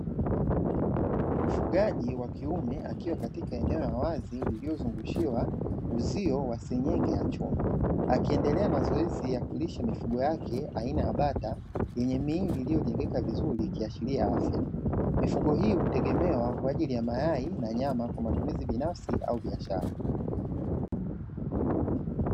Mfugaji wa kiume akiwa katika eneo la wazi lililozungushiwa uzio wa senyenge ya chuma, akiendelea na zoezi ya kulisha mifugo yake aina ya bata yenye miili iliyojengeka vizuri ikiashiria afya; mifugo hii hutegemewa kwa ajili ya mayai na nyama kwa matumizi binafsi au biashara.